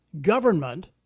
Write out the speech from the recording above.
government